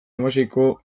hamaseiko